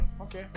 okay